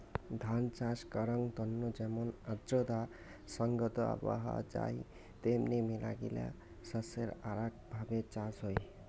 ধান চাষ করাঙ তন্ন যেমন আর্দ্রতা সংগত আবহাওয়া চাই তেমনি মেলাগিলা শস্যের আরাক ভাবে চাষ হই